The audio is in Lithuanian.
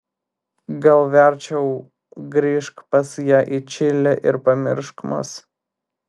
gal verčiau grįžk pas ją į čilę ir pamiršk mus